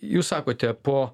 jūs sakote po